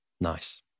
Nice